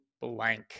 blank